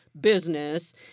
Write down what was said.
business